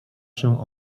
się